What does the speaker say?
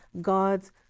God's